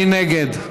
מי נגד?